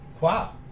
Wow